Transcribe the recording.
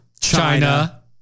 China